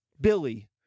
Billy